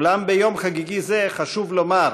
אולם ביום חגיגי זה חשוב לומר